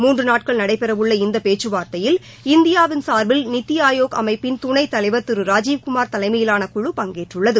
மூன்று நாட்கள் நடைபெறவுள்ள இந்த பேச்சுவார்த்தைகயில் இந்தியாவின் சார்பில் நித்தி ஆயோக் அமைப்பின் துணைத்தலைவர் திரு ராஜீவ்குமார் தலைமையிலான குழு பங்கேற்றுள்ளது